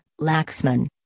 Laxman